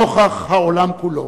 נוכח העולם כולו.